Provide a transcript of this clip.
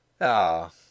Ah